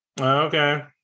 Okay